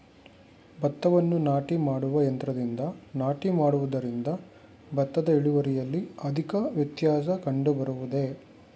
ಭತ್ತವನ್ನು ನಾಟಿ ಮಾಡುವ ಯಂತ್ರದಿಂದ ನಾಟಿ ಮಾಡುವುದರಿಂದ ಭತ್ತದ ಇಳುವರಿಯಲ್ಲಿ ಅಧಿಕ ವ್ಯತ್ಯಾಸ ಕಂಡುಬರುವುದೇ?